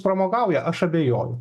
pramogauja aš abejoju